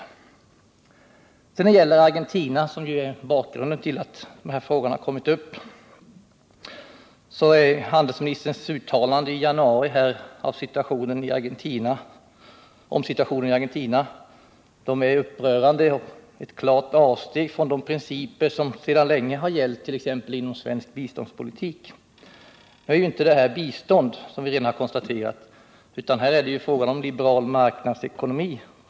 När det sedan gäller Argentina, som ju är orsaken till att de här frågorna tagits upp, är att säga att handelsministerns uttalanden i januari om situationen i Argentina är upprörande och ett klart avsteg från de principer som sedan länge har gällt för t.ex. svensk biståndspolitik. Nu rör det sig ju inte, som vi redan konstaterat, om bistånd, utan här är det självfallet fråga om liberal marknadsekonomi.